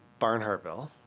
Barnhartville